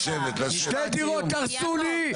שתי דירות הרסו לי,